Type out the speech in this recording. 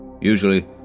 Usually